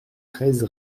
treize